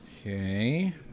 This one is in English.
Okay